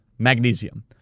Magnesium